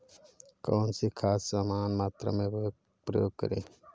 कौन सी खाद समान मात्रा में प्रयोग करें?